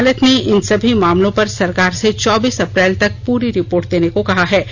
अदालत ने इन सभी मामलों पर सरकार से चौबीस अप्रैल तक पूरी रिपोर्ट देने को कहा है